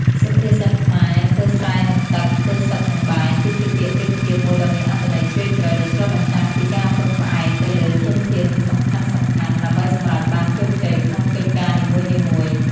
សុភាសិតខ្មែរ ធ្វើស្រែនឹងទឹក ធ្វើសឹកនឹងបាយ គឺជាពាក្យប្រៀបធៀបមួយដ៏មានអត្ថន័យជ្រាលជ្រៅ ដែលឆ្លុះបញ្ចាំងពីការពឹងផ្អែកទៅលើធនធានសំខាន់ៗ ដើម្បីសម្រេចបានជោគជ័យក្នុងកិច្ចការនីមួយៗ។